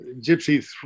gypsy